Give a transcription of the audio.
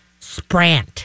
sprant